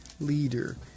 leader